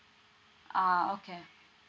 ah okay